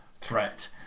threat